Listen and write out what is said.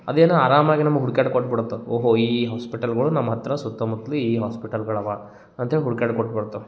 ಅದೇನು ಆರಾಮಾಗಿ ನಮಗೆ ಹುಡ್ಕಾಡಿ ಕೊಟ್ಬಿಡತ್ತೆ ಓಹೋ ಈ ಹಾಸ್ಪಿಟಲ್ಗಳು ನಮ್ಮ ಹತ್ತಿರ ಸುತ್ತಮುತ್ತಲೂ ಈ ಹಾಸ್ಪಿಟಲ್ಗಳು ಅವ ಅಂತ್ಹೇಳಿ ಹುಡ್ಕಾಡಿ ಕೊಟ್ಬಿಡುತಾವೆ